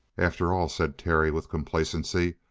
after all, said terry, with complacency,